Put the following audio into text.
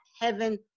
heaven